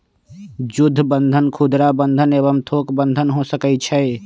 जुद्ध बन्धन खुदरा बंधन एवं थोक बन्धन हो सकइ छइ